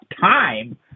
time